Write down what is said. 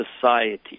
society